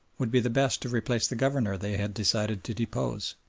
would be the best to replace the governor they had decided to depose.